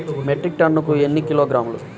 Metric టన్నుకు ఎన్ని కిలోగ్రాములు?